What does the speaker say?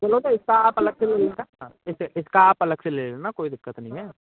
चलो ना इसका आप अलग से ले लेना हाँ इस इसका आप अलग से ले लेना कोई दिक्कत नई है